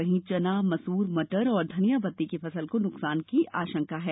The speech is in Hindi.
वहीं चना मसूर मटर और धनिया पत्ती की फसल को नुकसान की आशंका है